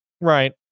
Right